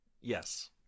Yes